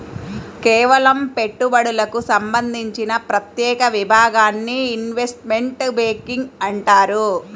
కేవలం పెట్టుబడులకు సంబంధించిన ప్రత్యేక విభాగాన్ని ఇన్వెస్ట్మెంట్ బ్యేంకింగ్ అంటారు